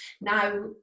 now